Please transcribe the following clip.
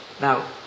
Now